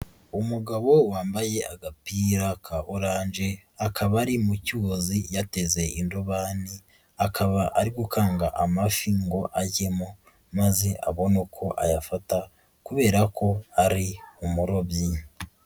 Umugabo wambaye agapira ka oranje, akaba ari mu cyuzi yateze indobani, akaba ari gukanga amafi ngo ajyemo, maze abone uko ayafata kubera ko ari umurobyi.